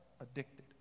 addicted